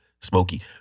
smoky